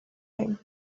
him